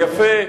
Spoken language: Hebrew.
יפה.